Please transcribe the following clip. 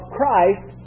Christ